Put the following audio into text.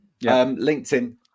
LinkedIn